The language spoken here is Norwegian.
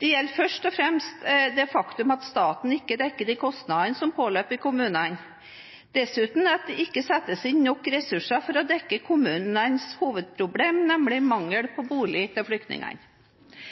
Det gjelder først og fremst det faktum at staten ikke dekker de kostnadene som påløper i kommunene, dessuten at det ikke settes inn nok ressurser for å dekke kommunenes hovedproblem, nemlig mangel på boliger til flyktningene.